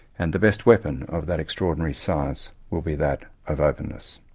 and the best weapon of that extraordinary science will be that of openness.